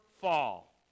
fall